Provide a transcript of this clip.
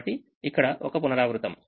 కాబట్టి ఇక్కడ ఒక పునరావృతం